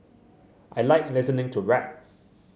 I like listening to rap